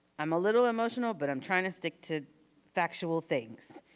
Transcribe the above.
i'm a little emotional, but i'm trying to stick to factual things.